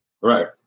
right